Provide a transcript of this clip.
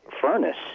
furnace